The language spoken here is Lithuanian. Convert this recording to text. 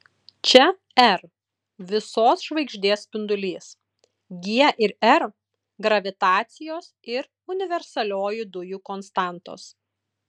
čia r visos žvaigždės spindulys g ir r gravitacijos ir universalioji dujų konstantos